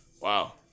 wow